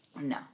No